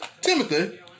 Timothy